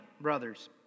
brothers